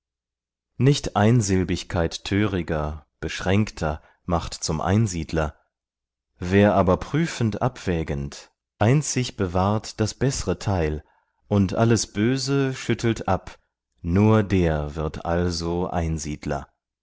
nicht einsilbigkeit töriger beschränkter macht zum einsiedler wer aber prüfend abwägend einzig bewahrt das beßre teil und alles böse schüttelt ab nur der wird also einsiedler